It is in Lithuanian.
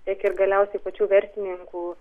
tiek ir galiausiai pačių verslininkų